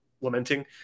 lamenting